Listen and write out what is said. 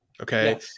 Okay